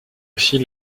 aussi